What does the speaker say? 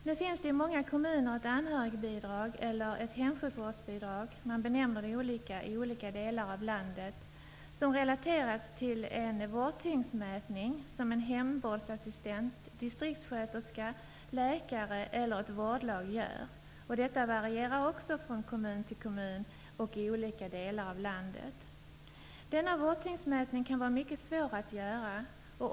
Det finns i många kommuner ett anhörigbidrag eller hemsjukvårdsbidrag -- det benämns olika i skilda delar av landet -- som relateras till en vårdtyngdsmätning gjord av en hemvårdsassistent, en distriktssköterska, en läkare eller ett vårdlag. Även detta varierar från kommun till kommun och i olika delar av landet. Denna vårdtyngdsmätning kan vara mycket svår att göra.